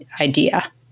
idea